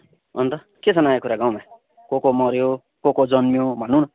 अन्त के छ नयाँ कुरा गाउँमा को को मर्यो को को जन्मियो भनौँ न